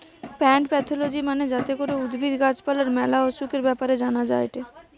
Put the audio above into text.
plant pathology মানে যাতে করে উদ্ভিদ, গাছ পালার ম্যালা অসুখের ব্যাপারে জানা যায়টে